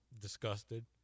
Disgusted